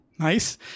Nice